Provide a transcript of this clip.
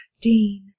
Dean